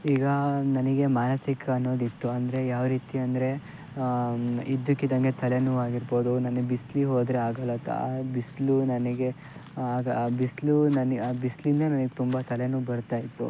ಈಗ ನನಗೆ ಮಾನಸಿಕ ಅನ್ನೋದಿತ್ತು ಅಂದರೆ ಯಾವ ರೀತಿ ಅಂದರೆ ಇದ್ದಕ್ಕಿದ್ದಾಗೆ ತಲೆನೋವಾಗಿರ್ಬೋದು ನನಗೆ ಬಿಸ್ಲಿಗೆ ಹೋದರೆ ಆ ಬಿಸಿಲು ನನಗೆ ಆಗ ಆ ಬಿಸಿಲು ನನಿಗೆ ಆ ಬಿಸಿಲಿಂದೇ ನನಿಗೆ ತುಂಬ ತಲೆನೋವು ಬರ್ತಾ ಇತ್ತು